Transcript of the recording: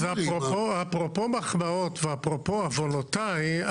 אפרופו מחמאות ואפרופו עוונותיי,